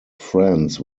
friends